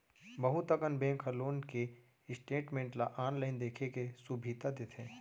बहुत अकन बेंक ह लोन के स्टेटमेंट ल आनलाइन देखे के सुभीता देथे